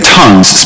tongues